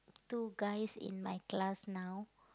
two guys in my class now